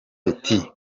pitt